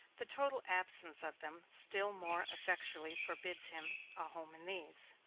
the total absence of them still more effectually forbids him a home in these.